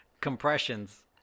Compressions